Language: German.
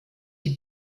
die